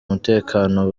umutekano